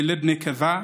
תלד נקבה,